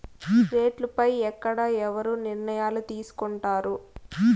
రేట్లు పై ఎక్కడ ఎవరు నిర్ణయాలు తీసుకొంటారు?